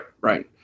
right